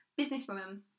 businesswoman